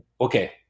okay